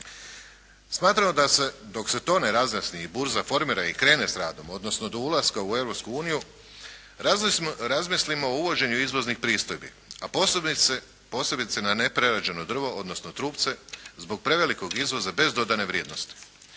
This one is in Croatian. Smatramo da se dok se to ne razjasni i burza formira i krene s radom odnosno do ulaska u Europsku uniju razmislimo o uvođenju izvoznih pristojbi, a posebice na neprerađeno drvo odnosno trupce zbog prevelikog izvoza bez dodane vrijednosti.